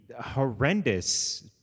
horrendous